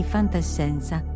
Fantascienza